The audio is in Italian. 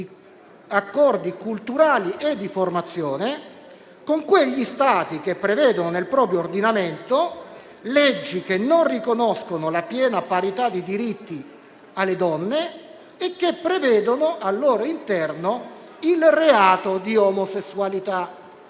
accordi culturali e di formazione con gli Stati che nel proprio ordinamento prevedono leggi che non riconoscono la piena parità di diritti alle donne e che prevedono al loro interno il reato di omosessualità.